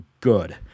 good